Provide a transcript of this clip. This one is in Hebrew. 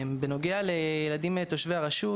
לפני שאנחנו עוברים לתושבי הרשות,